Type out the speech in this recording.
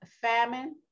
famine